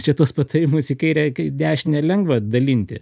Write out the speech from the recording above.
čia tuos patarimus į kairę į dešinę lengva dalinti